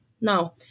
Now